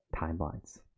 timelines